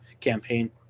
campaign